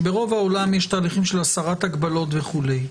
שברוב העולם יש תהליכים של הסרת הגבלות וכו',